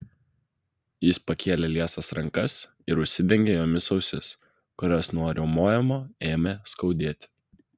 jis pakėlė liesas rankas ir užsidengė jomis ausis kurias nuo riaumojimo ėmė skaudėti